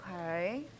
Okay